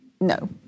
no